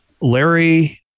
Larry